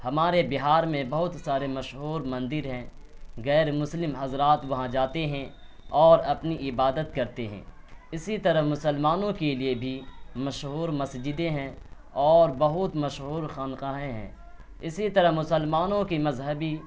ہمارے بہار میں بہت سارے مشہور مندر ہیں غیرمسلم حضرات وہاں جاتے ہیں اور اپنی عبادت کرتے ہیں اسی طرح مسلمانوں کے لیے بھی مشہور مسجدیں ہیں اور بہت مشہور خانقاہیں ہیں اسی طرح مسلمانوں کی مذہبی